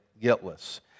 guiltless